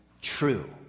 true